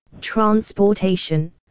transportation